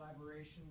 collaboration